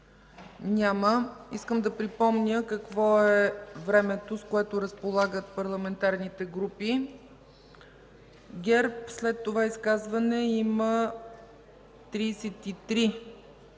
Няма. Искам да припомня какво е времето, с което разполагат парламентарните групи: ГЕРБ след това изказване има 33